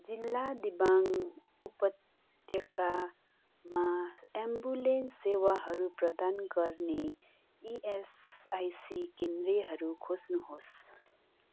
जिल्ला दिवाङ उपत्यकामा एम्बुलेन्स सेवाहरू प्रदान गर्ने इएसआइसी केन्द्रहरू खोज्नुहोस्